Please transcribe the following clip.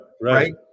right